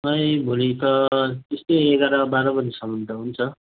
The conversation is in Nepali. त्यही भोलि त त्यस्तै एघार बाह्र बजीसम्म त हुन्छ